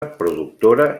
productora